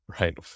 right